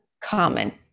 common